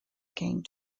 came